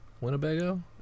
Winnebago